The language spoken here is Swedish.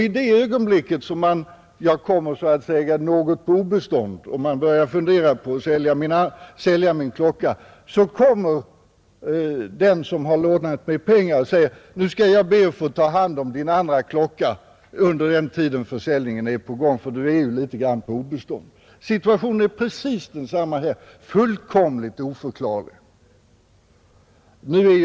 I det ögonblick som jag alltså kommit något på obestånd och man börjar fundera på att sälja min klocka kommer den som innehar panten och säger: Nu skall jag be att få ta hand om din andra klocka under den tid försäljningen pågår, för du är ju litet på obestånd. Situationen är precis densamma när överexekutor skall ta hand om mitt ägarhypotek — fullkomligt oförklarlig.